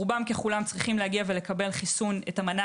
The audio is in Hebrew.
רובם ככולם צריכים להגיע ולקבל חיסון את המנה